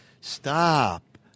Stop